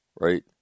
right